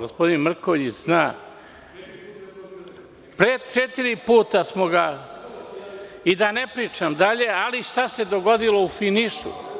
gospodin Mrkonjić zna sve o tome, da ne pričam dalje, ali, šta se dogodilo u finišu?